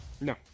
No